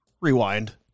Rewind